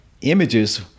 images